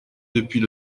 depuis